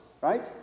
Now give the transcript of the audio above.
right